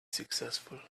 successful